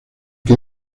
que